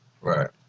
Right